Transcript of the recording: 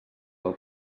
del